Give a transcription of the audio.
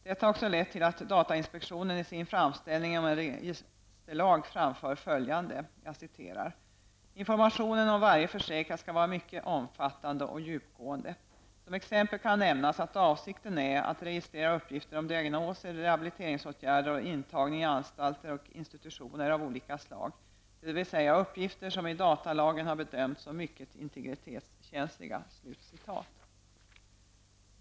Detta har också lett till att datainspektionen i sin framställning om en registerlag framför följande: ''Informationen om varje försäkrad skall vara mycket omfattande och djupgående. Som exempel kan nämnas att avsikten är att registrera uppgifter om diagnoser, rehabiliteringsåtgärder och intagning i anstalter och institutioner av olika slag, dvs. uppgifter som i datalagen har bedömts som mycket integritetskänsliga.''